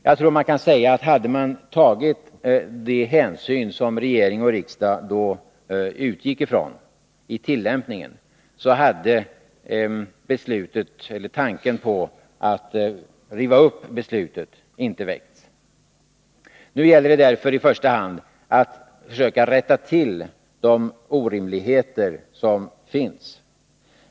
Jag tror att man kan säga att om i tillämpningen de hänsyn som regeringen och riksdagen utgick ifrån hade tagits, hade inte tanken på att riva upp beslutet väckts. Nu gäller det därför i första hand att försöka rätta till de orimligheter som finns.